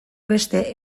beste